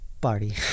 party